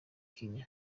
kenya